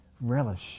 relish